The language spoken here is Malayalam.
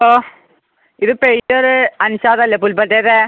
ഹലോ ഇത് പെയിൻ്ററ് അൻഷാദല്ലേ പുൽപ്പറ്റേതേ